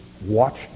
Watch